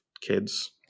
kids